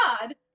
God